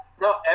No